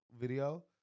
video